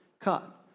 cut